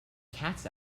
cats